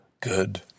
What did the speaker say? good